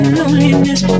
loneliness